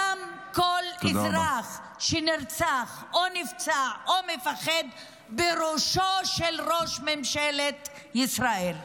דם כל אזרח שנרצח או נפצע או מפחד בראשו של ראש ממשלת ישראל.